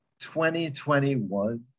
2021